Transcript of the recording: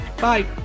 Bye